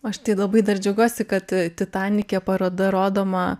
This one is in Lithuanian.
aš tai labai dar džiaugiuosi kad titanike paroda rodoma